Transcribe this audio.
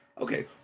Okay